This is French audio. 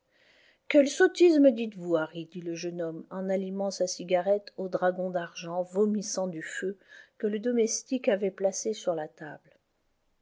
quelle sottise me dites-vous harry dit le jeune homme en allumant sa cigarette au dragon d'argent vomissant du feu que le domestique avait placé sur la table